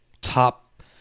top